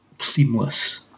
seamless